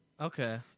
okay